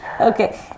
okay